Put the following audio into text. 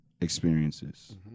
experiences